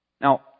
Now